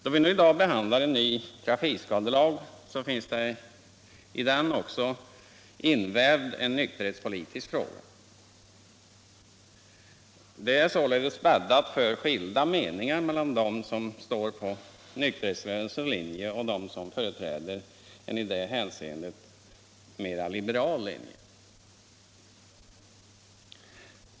Då vi nu i dag behandlar en ny trafikskadelag finns i denna också invävd en nykterhetspolitisk fråga. Det är således bäddat för skilda meningar mellan dem som står på nykterhetsrörelsens linje och dem som företräder en i det hänseendet mer liberal linje.